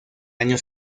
año